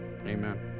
amen